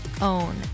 own